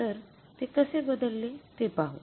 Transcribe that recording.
तर ते कसे बदलते ते पाहू